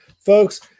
Folks